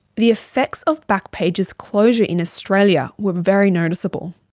the effects of backpage's closure in australia were very noticeable.